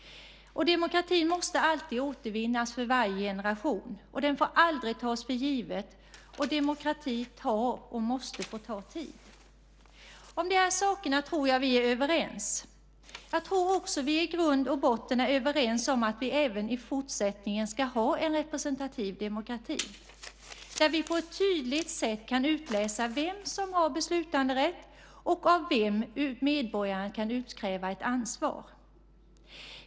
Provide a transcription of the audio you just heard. Demokratin måste alltid återvinnas för varje generation. Den får aldrig tas för given. Demokrati tar, och måste få ta, tid. Jag tror att vi är överens om de här sakerna. Jag tror också att vi i grund och botten är överens om att vi även i fortsättningen ska ha en representativ demokrati där vi på ett tydligt sätt kan utläsa vem som har beslutanderätt och av vem medborgaren kan utkräva ett ansvar.